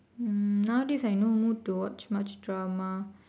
hmm nowadays I no mood to watch much drama